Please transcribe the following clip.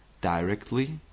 directly